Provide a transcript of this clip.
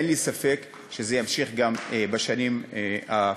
ואין לי ספק שזה ימשיך גם בשנים הקרובות.